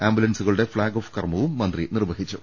ആംബുലൻസുകളുടെ flag off കർമ്മവും മന്ത്രി നിർവഹിച്ചു